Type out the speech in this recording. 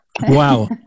Wow